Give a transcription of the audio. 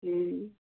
हुँ